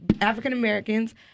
African-Americans